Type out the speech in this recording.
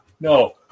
no